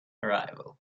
arrival